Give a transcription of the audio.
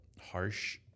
harsh